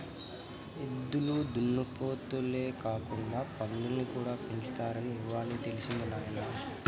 ఎద్దులు దున్నపోతులే కాకుండా పందుల్ని కూడా పెంచుతారని ఇవ్వాలే తెలిసినది నాయన